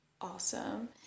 awesome